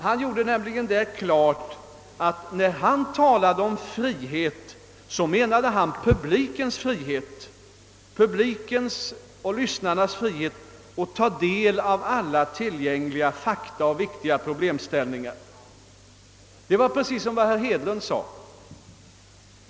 Han gjorde där klart att han, när han talade om friheten, avsåg publikens och lyssnarnas frihet att ta del av alla tillgängliga fakta och viktiga problemställningar. Detta var precis vad herr Hedlund syftade till.